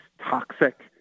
toxic